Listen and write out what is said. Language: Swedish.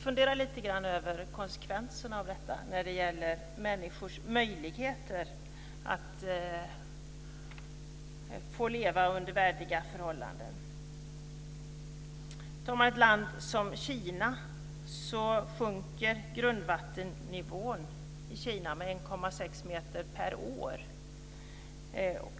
Fundera lite grann över konsekvenserna av detta när det gäller människors möjligheter att få leva under värdiga förhållanden. Tar man ett land som Kina kan man se att grundvattennivån sjunker med 1,6 meter per år.